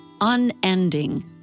unending